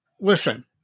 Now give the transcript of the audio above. Listen